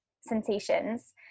sensations